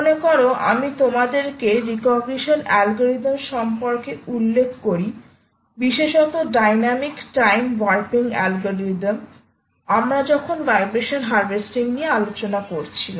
মনে করো আমি তোমাদেরকে রিকগনিশন অ্যালগরিদম সম্পর্কে উল্লেখ করি বিশেষত ডাইনামিক টাইম ওয়ারপিং অ্যালগরিদম আমরা যখন ভাইব্রেশন হারভেস্টিং নিয়ে আলোচনা করছিলাম